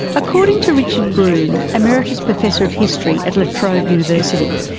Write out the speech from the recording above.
according to richard broome, emeritus professor of history at la trobe university,